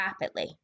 rapidly